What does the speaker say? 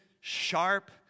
sharp